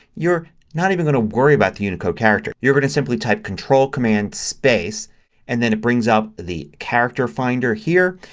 you're not even going to worry about the unicode character. you're going to simply type control command space and then it brings up the character finder here.